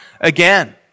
again